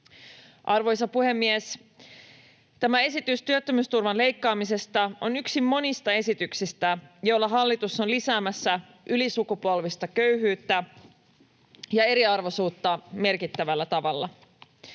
Arvoisa puhemies! Tämä esitys työttömyysturvan leikkaamisesta on yksi monista esityksistä, joilla hallitus on lisäämässä ylisukupolvista köyhyyttä ja eriarvoisuutta merkittävällä tavalla.